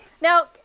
Now